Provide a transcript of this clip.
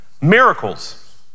Miracles